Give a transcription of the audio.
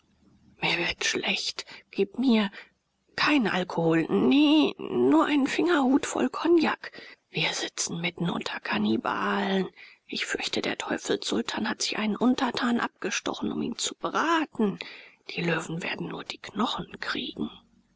mir wird schlecht gib mir keinen alkohol nee nur einen fingerhut voll kognak wir sitzen mitten unter kannibalen ich fürchte der teufelssultan hat sich einen untertan abgestochen um ihn zu braten die löwen werden nur die knochen kriegen